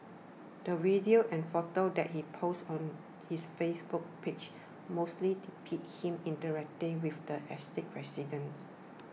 the videos and photos that he posts on his Facebook page mostly depict him interacting with the estate's residents